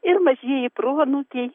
ir mažieji proanūkiai